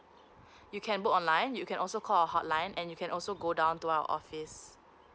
you can book online you can also call our hotline and you can also go down to our office